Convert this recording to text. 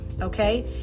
okay